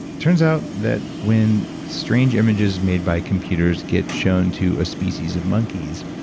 turns out that when strange images made by computers get shown to a species of monkeys,